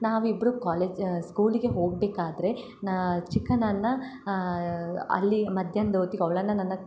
ನಾವಿಬ್ಬರು ಕಾಲೇಜ್ ಸ್ಕೂಲಿಗೆ ಹೋಗ್ಬೇಕಾದರೆ ಚಿಕನನ್ನ ಅಲ್ಲಿ ಮಧ್ಯಾಹ್ನದ ಹೊತ್ತಿಗೆ ಅವಳನ್ನ ನನ್ನ